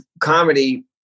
comedy